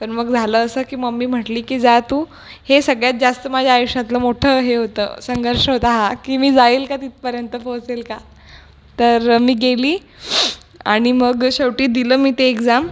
तर मग झालं असं की मम्मी म्हटली की जा तू हे सगळ्यात जास्त माझ्या आयुष्यातलं मोठं हे होतं संघर्ष होता हा की मी जाईल का तिथपर्यंत पोहचेल का तर मी गेली आणि मग शेवटी दिलं मी ते एक्झाम